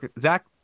Zach